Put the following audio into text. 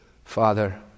Father